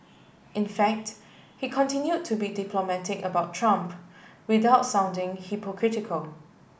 in fact he continued to be diplomatic about Trump without sounding hypocritical